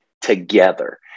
together